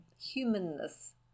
humanness